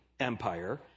Empire